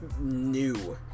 new